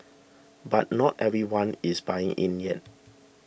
but not everyone is buying in yet